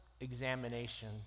examination